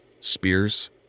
spears